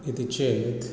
इति चेत्